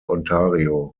ontario